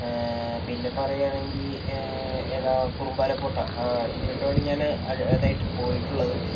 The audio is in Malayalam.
പിന്നെ പറയുകയാണെങ്കിൽ ഏതാ കുറുമ്പാല കോട്ട ഇതുരണ്ടുമാണ് ഞാന് അതായിട്ട് പോയിട്ടുള്ളത്